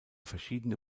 verschiedene